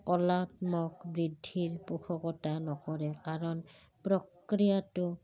কলাত্মক বৃদ্ধিৰ পোষকতা নকৰে কাৰণ প্ৰক্ৰিয়াটো